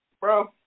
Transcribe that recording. Bro